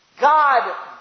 God